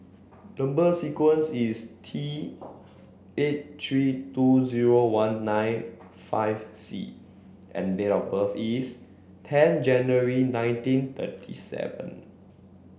number sequence is T eight three two zero one nine five C and date of birth is ten January nineteen thirty seven